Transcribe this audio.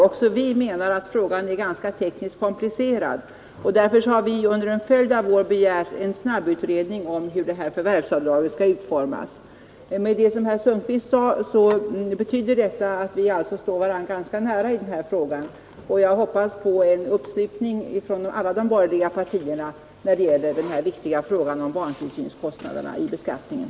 Också vi menar att frågan är tekniskt ganska komplicerad, och därför har vi under en följd av år begärt en snabbutredning om hur förvärvsavdraget skall utformas. Det som herr Sundkvist sade betyder att vi står varandra ganska nära här, och jag hoppas på en uppslutning från alla de borgerliga partierna när det gäller den viktiga frågan om barntillsynskostnaderna i beskattningen.